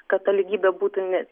kad ta lygybė būtų ne